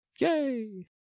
Yay